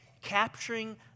Capturing